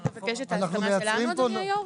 אתה מבקש את ההסכמה שלנו, אדוני היו"ר?